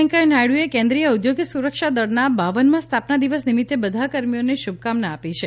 વેંકૈયા નાયડુએ કેન્દ્રીય ઔદ્યોગિક સુરક્ષા દળના બાવનમા સ્થાપના દિવસ નિમિત્તે બધા કર્મીઓને શુભકામના આપી છે